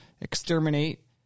Exterminate